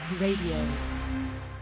RADIO